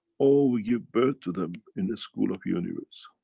or we give birth to them in the school of universe,